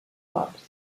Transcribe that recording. clubs